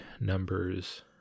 numbers